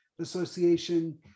Association